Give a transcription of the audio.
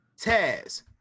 Taz